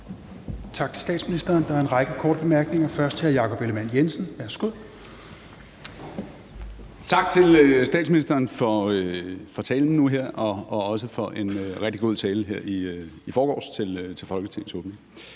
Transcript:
Tak til statsministeren. Der er en række korte bemærkninger, først til hr. Jakob Ellemann-Jensen. Værsgo. Kl. 22:18 Jakob Ellemann-Jensen (V): Tak til statsministeren for talen nu her og også for en rigtig god tale til Folketingets åbning